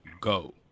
go